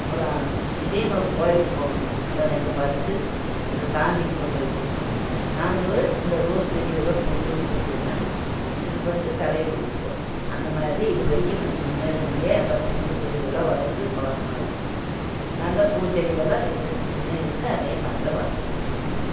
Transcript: ஒரு ஆத் திடீர்ன்னு ஒரு கோயிலுக்கு போகணும் அதை ரெண்டு பறிச்சு அதை சாமிக்கு கொண்டு போய் கொடுப்போம் நாங்களும் அந்த ரோஸ் செடியெல்லாம் பூவு பூத்ததுன்னா ரெண்டு பறிச்சு தலையில் வச்சிக்குவோம் அந்த மாதிரி இது வரைக்கும் நாங்கள் சின்னதுலருந்தே அந்த பூவு செடிகள் எல்லாம் வளர்த்து பழக்கமாயிட்டு நாங்கள் பூச்செடியெல்லாம் வச்சு சின்னதுலருந்து அதேமாதிரி தான் வளர்த்துட்டு வரோம்ப்பா